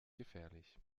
gefährlich